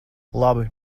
labi